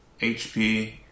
HP